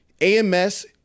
AMS